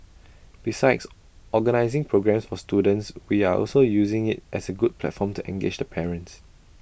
besides organising programmes for students we are also using IT as A good platform to engage the parents